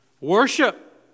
Worship